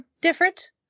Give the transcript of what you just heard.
different